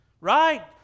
right